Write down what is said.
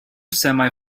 semi